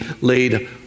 laid